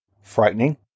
frightening